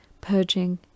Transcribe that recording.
purging